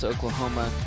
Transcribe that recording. Oklahoma